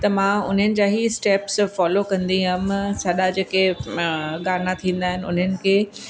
त मां उन्हनि जा ई स्टेप्स फ़ॉलो कंदी हुअमि सॼा जेके गाना थींदा आहिनि उन्हनि खे